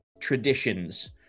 traditions